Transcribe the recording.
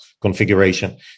configuration